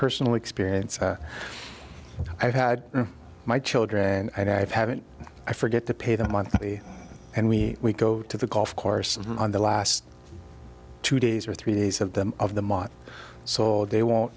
personal experience i've had my children and i have haven't i forget to pay them monthly and we go to the golf course on the last two days or three days of them of the month so they won't